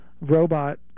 robot